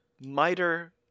Miter